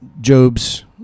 Job's